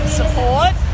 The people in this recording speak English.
support